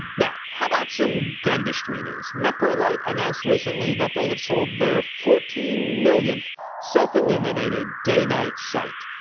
now how about some gundustry news? meprolight announced recently that they have sold their fourteen millionth self illuminated day night sight.